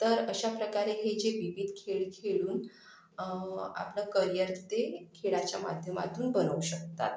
तर अशाप्रकारे हे जे विविध खेळ खेळून आपलं करियर ते खेळाच्या माध्यमातून बनवू शकतात